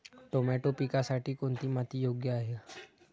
Tomato पिकासाठी कोणती माती योग्य आहे?